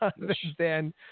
understand